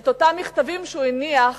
את אותם מכתבים שהוא הניח